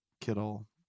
Kittle